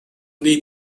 need